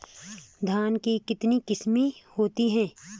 धान की कितनी किस्में होती हैं?